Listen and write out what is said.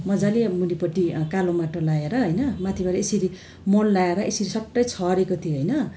मजाले मुनिपट्टि कालो माटो लगाएर होइन माथिबाट यसरी मल लागएर यसरी स्वाट्टै छरेको थिएँ होइन